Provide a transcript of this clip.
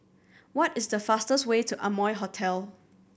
what is the fastest way to Amoy Hotel